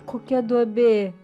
kokia duobė